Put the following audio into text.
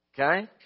Okay